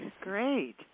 Great